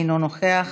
אינו נוכח,